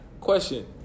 Question